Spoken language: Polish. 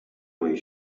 mojej